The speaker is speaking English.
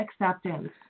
acceptance